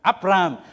Abraham